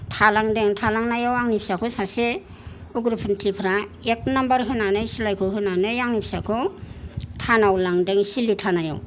थालांदों थालांनायाव आंनि फिसाखौ सासे उग्रपन्थि फोरा एक नाम्बार होनानै सिलायखौ होनानै आंनि फिसाखौ थानायाव लांदों सिलि थानायाव